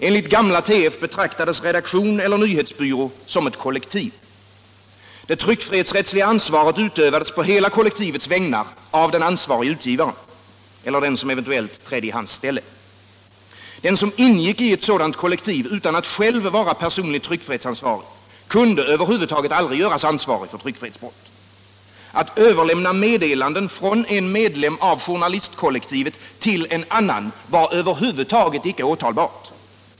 Enligt den gamla tryckfrihetsförordningen betraktades redaktion eller nyhetsbyrå såsom ett kollektiv. Det tryckfrihetsrättsliga ansvaret utövades på hela kollektivets vägnar av den ansvarige utgivaren eller den som eventuellt trädde i hans ställe. Den som ingick i ett sådant kollektiv utan att själv vara tryckfrihetsansvarig kunde över huvud taget aldrig göras ansvarig för iryckfrihetsbrott. Att överlämna meddelanden från en medltem av journalistkolHektivet till en annan var över huvud taget inte åtalbart.